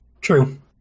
True